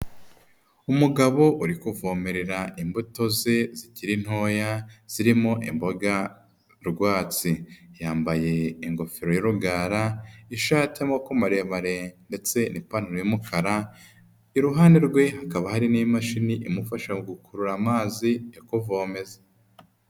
Umugabo uri kuvomerera imbuto ze, zikiri ntoya, zirimo imboga rwatsi. Yambaye ingofero y'urugara, ishati y'amako maremare ndetse n'ipantaro y'umukara, iruhande rwe hakaba hari n'imashini imufasha mu gukurura amazi yo kuvomeza.